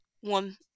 one